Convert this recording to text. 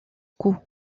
coup